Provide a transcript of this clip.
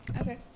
Okay